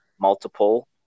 multiple